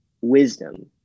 wisdom